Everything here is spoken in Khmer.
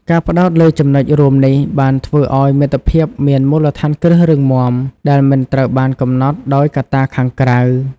ការផ្តោតលើចំណុចរួមនេះបានធ្វើឲ្យមិត្តភាពមានមូលដ្ឋានគ្រឹះរឹងមាំ ដែលមិនត្រូវបានកំណត់ដោយកត្តាខាងក្រៅ។